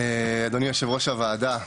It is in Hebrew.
אדוני יושב-ראש הוועדה,